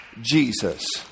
Jesus